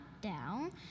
down